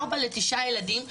אבא לתשעה ילדים.